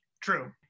True